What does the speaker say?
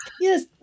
Yes